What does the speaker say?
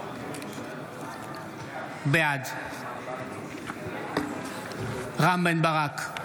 בעד רם בן ברק,